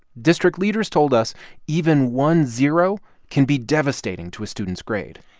district leaders told us even one zero can be devastating to a student's grade.